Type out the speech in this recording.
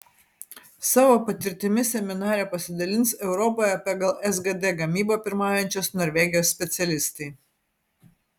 savo patirtimi seminare pasidalins europoje pagal sgd gamybą pirmaujančios norvegijos specialistai